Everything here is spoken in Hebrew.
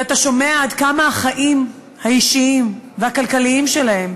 ואתה שומע עד כמה החיים האישיים והכלכליים שלהם